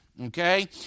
Okay